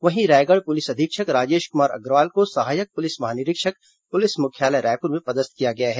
वहीं रायगढ़ पुलिस अधीक्षक राजेश कुमार अग्रवाल को सहायक पुलिस महानिरीक्षक पुलिस मुख्यालय रायपुर में पदस्थ किया गया है